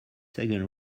second